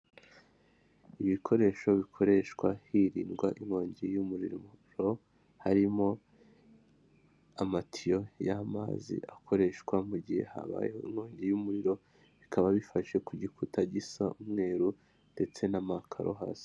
Ibikoresho bikoreshwa hirindwa inkongi y'umuriro harimo amatiyo y'amazi akoreshwa mu gihe habayeho inkongi y'umuriro bikaba bifashe ku gikuta gisa umweru ndetse n'amakaro hasi.